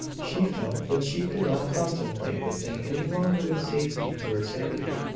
she felt that she could not contemplate the thing any longer with safety to her sanity.